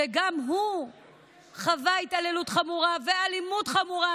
שגם הוא חווה התעללות חמורה ואלימות חמורה,